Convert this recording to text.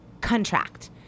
contract